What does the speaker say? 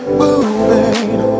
moving